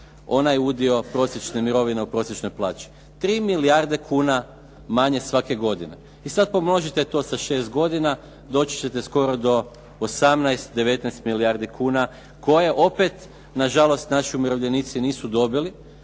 onaj udio prosječne mirovine u prosječnoj plaći. 3 milijarde kuna manje svake godine. I sad pomnožite to sa 6 godina, doći ćete skoro do 18, 19 milijardi kuna koje opet nažalost naši umirovljenici nisu dobili,